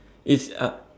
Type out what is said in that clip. it's uh